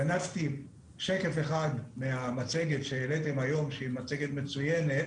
גנבתי שקף אחד מהמצגת שהעליתם היום שהיא מצגת מצוינת